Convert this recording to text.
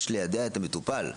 יש ליידע את המטופל,